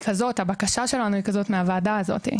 הבקשה שלנו מהוועדה הזו היא כזו,